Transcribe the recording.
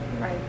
Right